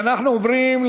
של חבר הכנסת